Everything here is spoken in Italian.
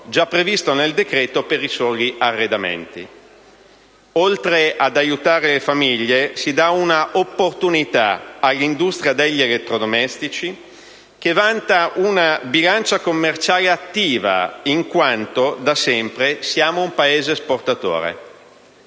già previsto nel decreto per i soli arredamenti. Oltre ad aiutare le famiglie, si dà un'opportunità all'industria degli elettrodomestici, che vanta una bilancia commerciale attiva in quanto da sempre siamo un Paese esportatore.